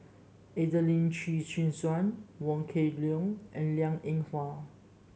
Adelene Chin Chin Suan Wong Kwei Leong and Liang Eng Hwa